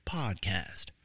podcast